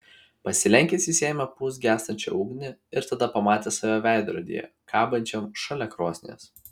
pasilenkęs jis ėmė pūst gęstančią ugnį ir tada pamatė save veidrodyje kabančiam šalia krosnies